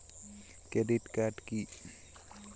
Credit card কি?